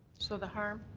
so the harm?